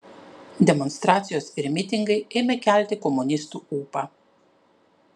demonstracijos ir mitingai ėmė kelti komunistų ūpą